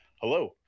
Hello